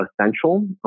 essential